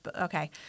okay